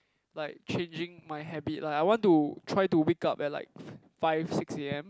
like changing my habit lah I want to try to wake up at like five six a_m